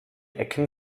ecken